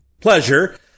pleasure